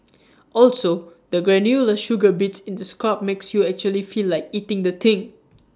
also the granular sugar bits in the scrub makes you actually feel like eating the thing